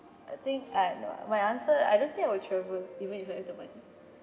I think I no my answer I don't think I will travel even if I have the money